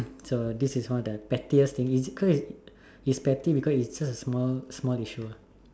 so this is not the pettiest thing it is petty cause it is such a small issue